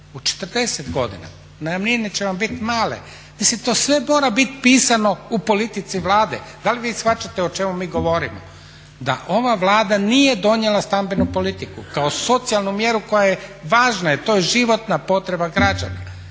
u 40 godina. Najamnine će vam bit male, mislim to sve mora bit pisano u politici Vlade. Da li vi shvaćate o čemu mi govorimo? Da ova Vlada nije donijela stambenu politiku kao socijalnu mjeru koja je važna, jer to je životna potreba građana,